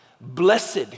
Blessed